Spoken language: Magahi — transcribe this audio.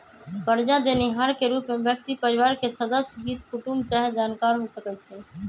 करजा देनिहार के रूप में व्यक्ति परिवार के सदस्य, हित कुटूम चाहे जानकार हो सकइ छइ